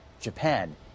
Japan